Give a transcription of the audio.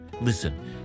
Listen